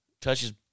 touches